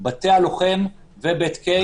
בתי הלוחם ובית קיי,